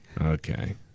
Okay